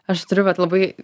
aš turiu bet labai